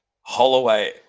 Holloway